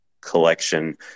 collection